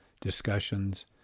discussions